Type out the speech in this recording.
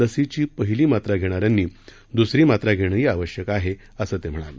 लसीची पहिली मात्रा घेणाऱ्यांनी दुसरी मात्रा घेणं आवश्यक आहे असं ते म्हणाले